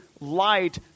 light